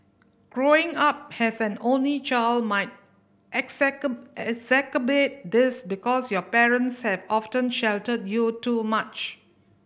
growing up as an only child might exacerbate this because your parents have often sheltered you too much